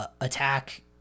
attack